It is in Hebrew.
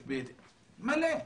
יש הרבה,